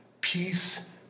peace